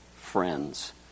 friends